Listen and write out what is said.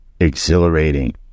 exhilarating